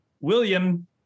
William